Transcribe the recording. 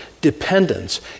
Dependence